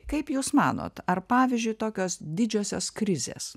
kaip jūs manot ar pavyzdžiui tokios didžiosios krizės